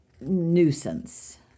nuisance